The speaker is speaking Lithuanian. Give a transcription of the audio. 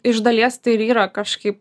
iš dalies tai ir yra kažkaip